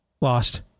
lost